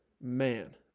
man